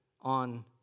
on